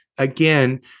Again